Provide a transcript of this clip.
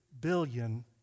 billion